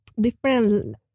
different